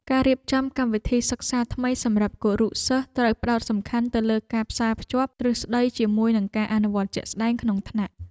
ការរៀបចំកម្មវិធីសិក្សាថ្មីសម្រាប់គរុសិស្សត្រូវផ្តោតសំខាន់ទៅលើការផ្សារភ្ជាប់ទ្រឹស្តីជាមួយនឹងការអនុវត្តជាក់ស្តែងក្នុងថ្នាក់។